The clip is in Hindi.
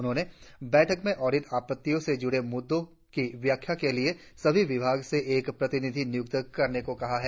उन्होंने बैठक में ऑडिट आप्पतियों से जुड़े मुद्दों की व्याख्या के लिए सभी विभागों से एक प्रतिनिधि नियुक्त करने को कहा है